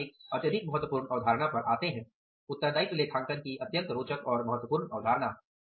अब हम एक अत्यधिक महत्वपूर्ण अवधारणा पर आते हैं उत्तरदायित्व लेखांकन की अत्यंत रोचक और महत्वपूर्ण अवधारणा